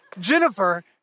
Jennifer